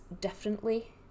differently